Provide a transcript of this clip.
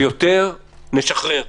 ויותר נשחרר.